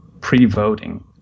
pre-voting